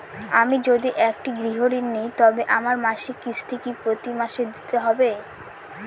আমি যদি একটি গৃহঋণ নিই তবে আমার মাসিক কিস্তি কি প্রতি মাসে দিতে হবে?